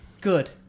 good